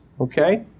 Okay